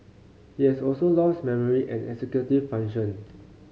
he has also lost memory and executive function